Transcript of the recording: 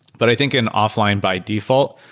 but i think in offline by default,